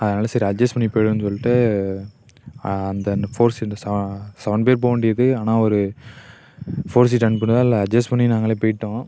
அதனால் சரி அட்ஜஸ் பண்ணி போய்டுவோன்னு சொல்லிட்டு அந்த ஃபோர் சீட்டு ச செவன் பேர் போ வேண்டியது ஆனால் ஒரு ஃபோர் சீட் அனுப்பினதால அட்ஜஸ் பண்ணி நாங்களே போயிட்டோம்